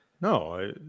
No